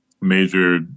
Major